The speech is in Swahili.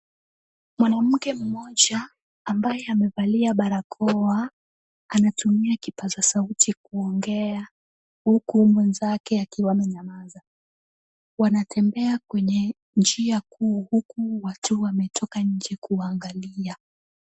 Mwanamke mmoja ambaye amevalia barakoa, anatumia kipaza sauti kuongea huku mwenzake akiwa amenyamaza. Wanatembea kwenye njia kuu, huku watu wametoka nje kuwaangalia.